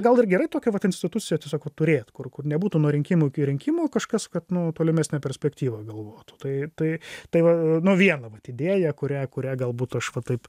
gal ir gerai tokią vat instituciją tiesiog vat turėt kur nebūtų nuo rinkimų iki rinkimų kažkas kad nu tolimesnę perspektyvą galvotų tai tai tai va nu viena vat idėja kurią kurią galbūt aš va taip